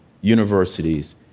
universities